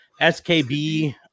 SKB